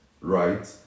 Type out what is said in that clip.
right